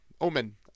Omen